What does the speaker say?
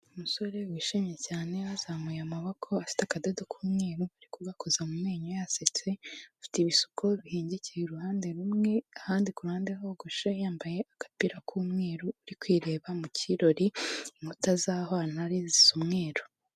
Umusore wishimye cyane wazamuye amaboko afite akadodo k'umweru ari kugakoza mu menyo yasetse, ufite ibisuko bihengeye iruhande rumwe, ahandi ku ruhande hogoshe. Yambaye agapira k'umweru, ari kwireba mu kirori. Inkuta z'ahantu ari zisa umweru.